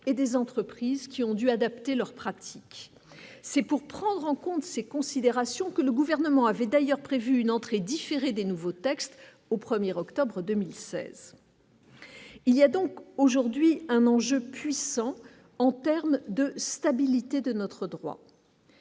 et des entreprises qui ont dû adapter leurs pratiques, c'est pour prendre en compte ces considérations que le gouvernement avait d'ailleurs prévu une entrée différée des nouveaux textes au 1er octobre 2016. Il y a donc aujourd'hui un enjeu puissant en terme de stabilité de notre droit.